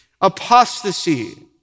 apostasy